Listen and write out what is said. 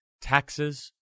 Taxes